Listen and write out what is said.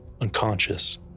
unconscious